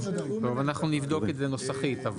אנחנו נבדוק את זה נוסחית.